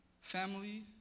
family